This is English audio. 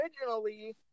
originally